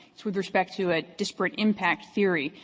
it's with respect to a disparate impact theory.